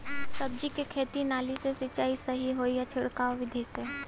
सब्जी के खेती में नाली से सिचाई सही होई या छिड़काव बिधि से?